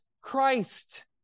Christ